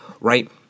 Right